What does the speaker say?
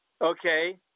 okay